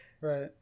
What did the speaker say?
Right